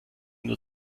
nur